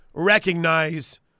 recognize